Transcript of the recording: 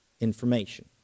information